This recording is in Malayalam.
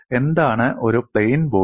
എന്താണ് ഒരു പ്ലെയിൻ ബോഡി